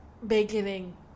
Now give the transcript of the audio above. beginning